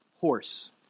horse